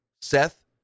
Seth